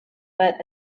but